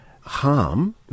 harm